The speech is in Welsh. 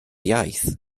iaith